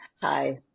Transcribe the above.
hi